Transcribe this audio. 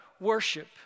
worship